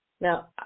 Now